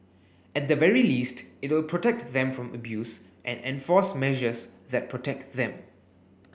at the very least it will protect them from abuse and enforce measures that protect them